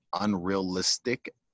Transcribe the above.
unrealistic